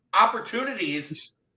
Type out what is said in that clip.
opportunities